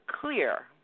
clear